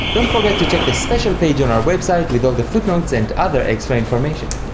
don't forget to check the special page on our website with all the footnotes and other extra information.